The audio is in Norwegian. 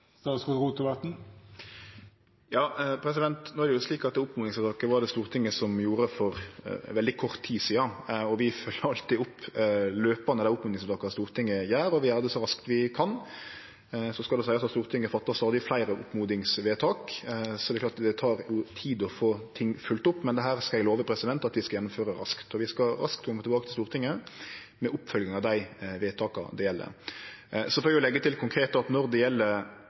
er det slik at det oppmodingsvedtaket var det Stortinget som gjorde, for veldig kort tid sidan. Vi følgjer alltid opp løpande dei oppmodingsvedtaka Stortinget gjer, og vi gjer det så raskt vi kan. Så skal det seiast at Stortinget gjer stadig fleire oppmodingsvedtak, så det er klart at det tek tid å få ting følgt opp, men dette skal eg love at vi vil gjennomføre raskt. Vi skal raskt kome tilbake til Stortinget med oppfølging av dei vedtaka det gjeld. Så får eg leggje til at når det gjeld